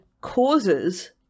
causes